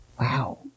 Wow